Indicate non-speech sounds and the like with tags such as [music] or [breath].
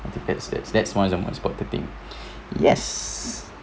that that's that's one of the most important thing [breath] yes